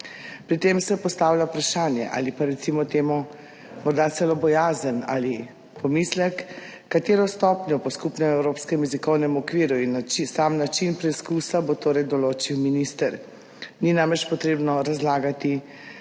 Pri tem se postavlja vprašanje ali pa recimo temu morda celo bojazen ali pomislek, katero stopnjo po skupnem evropskem jezikovnem okviru in sam način preizkusa bo torej določil minister. Ni namreč potrebno razlagati,